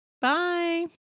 Bye